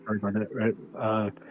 right